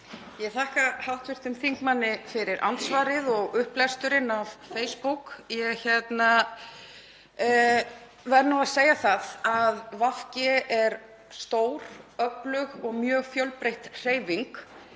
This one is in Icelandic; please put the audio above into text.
Ég þakka hv. þingmanni fyrir andsvarið og upplesturinn af Facebook. Ég verð að segja að VG er stór, öflug og mjög fjölbreytt hreyfing.